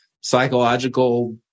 psychological